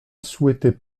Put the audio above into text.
souhaitais